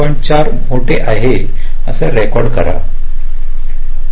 4 मोठे आहे त्यास रेकॉर्ड करा